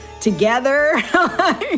together